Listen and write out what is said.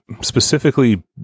specifically